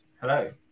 hello